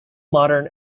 modern